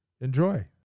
Enjoy